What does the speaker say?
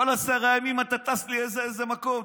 כל עשרה ימים אתה טס לאיזה מקום.